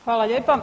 Hvala lijepa.